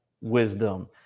wisdom